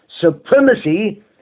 supremacy